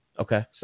Okay